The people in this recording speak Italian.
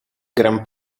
gran